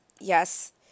yes